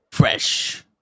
fresh